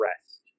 rest